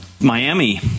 Miami